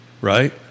right